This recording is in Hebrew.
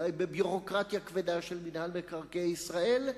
אולי בביורוקרטיה כבדה של מינהל מקרקעי ישראל,